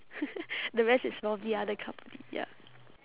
the rest is probably other company ya